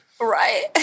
Right